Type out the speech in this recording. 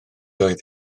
oedd